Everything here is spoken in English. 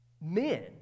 Men